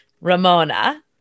Ramona